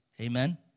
amen